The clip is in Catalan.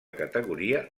categoria